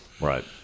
right